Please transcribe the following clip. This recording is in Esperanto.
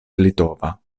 litova